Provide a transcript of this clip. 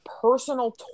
personal